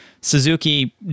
Suzuki